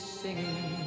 singing